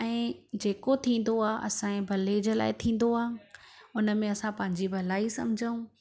ऐं जेको थींदो आहे असांजे भले जे लाइ थींदो आहे हुन में असां पंहिंजी भलाई सम्झू